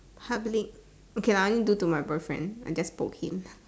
public okay lah I only do to my boyfriend I just poke him